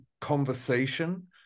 conversation